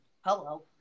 Hello